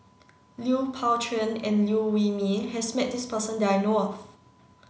Lui Pao Chuen and Liew Wee Mee has met this person that I know of